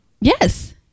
yes